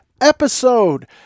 episode